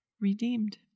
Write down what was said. Redeemed